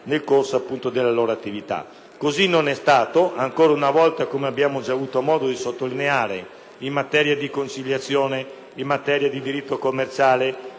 nel corso della loro attivita. Cosı non estato e ancora una volta, come abbiamo gia avuto modo di sottolineare, in materia di conciliazione, di diritto commerciale,